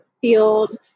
field